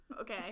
Okay